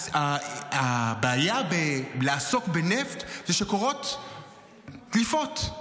הבעיה בלעסוק בנפט זה שקורות דליפות,